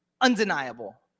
undeniable